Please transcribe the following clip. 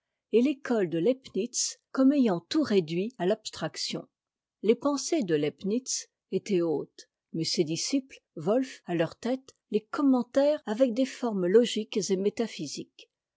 et l'école de leibnitz comme ayant tout réduit à l'abstraction les pensées de leibnitz étaient hautes mais ses disciples wolf à leur tête les commentèrent avec des formes logiques et métaphysiques